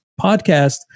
podcast